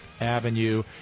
Avenue